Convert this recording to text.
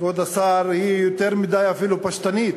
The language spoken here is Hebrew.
כבוד השר, היא יותר מדי, אפילו, פשטנית.